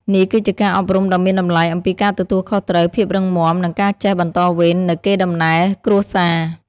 នេះគឺជាការអប់រំដ៏មានតម្លៃអំពីការទទួលខុសត្រូវ ភាពរឹងមាំ និងការចេះបន្តវេននូវកេរដំណែលគ្រួសារ។